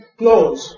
close